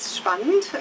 spannend